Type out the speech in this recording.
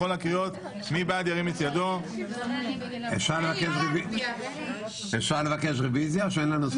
בכל הקריאות אני רוצה לחזור לסעיף שעסקנו בו כשלא היית,